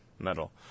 Metal